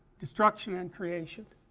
destruction and creation